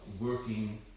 working